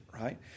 right